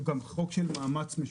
הוא גם חוק של מאמץ משותף,